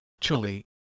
Chile